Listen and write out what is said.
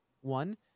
one